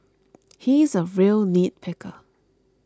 he is a real nitpicker